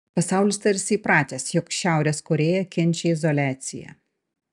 pasaulis tarsi įpratęs jog šiaurės korėja kenčia izoliaciją